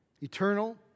Eternal